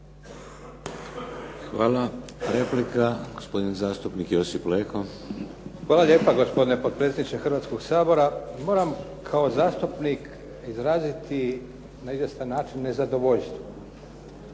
Hvala. Replika gospodin zastupnik Josip Leko. **Leko, Josip (SDP)** Hvala lijepa gospodine potpredsjedniče Hrvatskoga sabora, moram kao zastupnik izraziti na izvjestan način nezadovoljstvo.